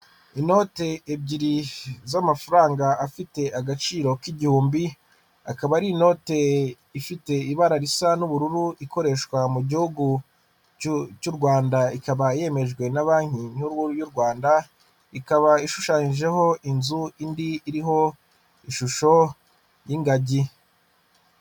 Inote ebyiri z'amafaranga afite agaciro k'igihumbi, akaba ari inote ifite ibara risa n'ubururu, ikoreshwa mu gihugu cy'u Rwanda ikaba yemejwe na banki nkuru y'u Rwanda, ikaba ishushanyijeho inzu indi iriho ishusho y'ingagi.